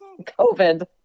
COVID